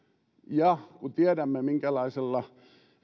ja kun tiedämme minkälaisella